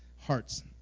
hearts